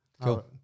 cool